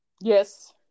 Yes